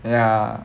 ya